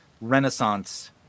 Renaissance